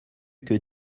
que